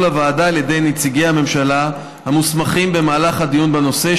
לוועדה על ידי נציגי הממשלה המוסמכים במהלך הדיון בנושא,